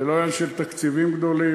זה לא עניין של תקציבים גדולים.